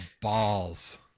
balls